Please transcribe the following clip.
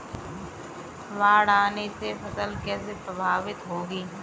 बाढ़ आने से फसल कैसे प्रभावित होगी?